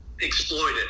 exploited